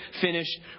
finished